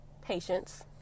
patience